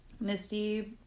Misty